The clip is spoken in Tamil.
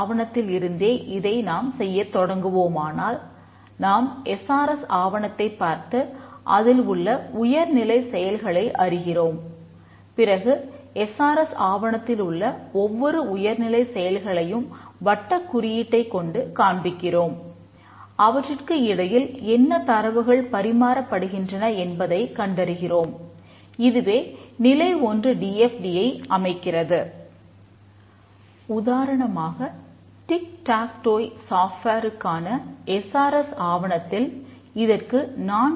உதாரணமாக டிக் டாக் டோய் சாப்ட்வேருக்கான